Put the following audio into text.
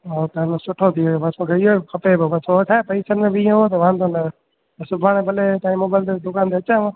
हा त हलो सुठो थी वियो बसि पोइ इहो खपे पियो बसि थो वठि आहे टेंशन में बि ऐं हा त वांदो न त सुभाणे भले तव्हांजी मोबाइल जी दुकान ते अचां मां